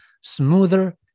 smoother